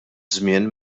żmien